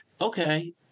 okay